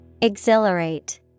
Exhilarate